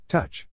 Touch